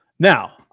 Now